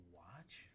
watch